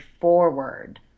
forward